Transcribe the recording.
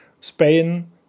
Spain